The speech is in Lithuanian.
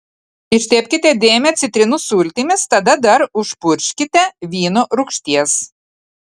ištepkite dėmę citrinų sultimis tada dar užpurkškite vyno rūgšties